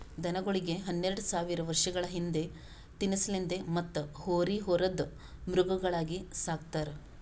ದನಗೋಳಿಗ್ ಹನ್ನೆರಡ ಸಾವಿರ್ ವರ್ಷಗಳ ಹಿಂದ ತಿನಸಲೆಂದ್ ಮತ್ತ್ ಹೋರಿ ಹೊರದ್ ಮೃಗಗಳಾಗಿ ಸಕ್ತಾರ್